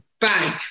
bang